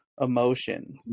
emotion